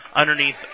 underneath